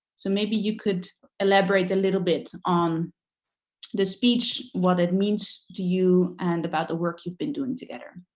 so maybe you could elaborate a little bit on the speech, what it means to you, and about the work you've been doing together.